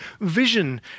vision